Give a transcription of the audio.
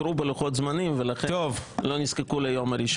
איחרו בלוחות הזמנים ולכן לא נזקקו ליום ראשון.